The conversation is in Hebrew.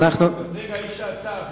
רגע, יש הצעה אחרת.